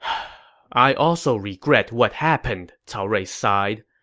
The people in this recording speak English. i also regret what happened, cao rui sighed.